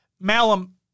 Malum